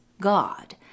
God